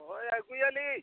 ᱦᱳᱭ ᱟᱹᱜᱩᱭᱟᱞᱤᱧ